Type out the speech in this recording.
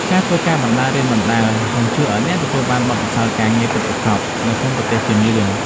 ការធ្វើការងារបណ្តើររៀនបណ្តើរនឹងជួយឱ្យអ្នកទទួលបានបទពិសោធន៍ការងារពិតប្រាកដនៅក្នុងប្រទេសជឿនលឿន។